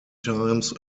times